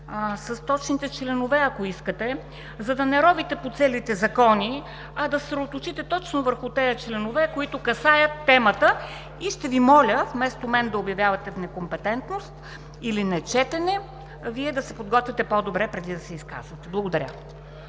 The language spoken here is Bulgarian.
с точните членове, ако искате, за да не ровите по целите закони, а да се съсредоточите точно върху тези членове, които касаят темата, и ще Ви моля, вместо мен да обявявате в некомпетентност или нечетене, Вие да се подготвяте по-добре преди да се изказвате. Благодаря.